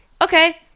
Okay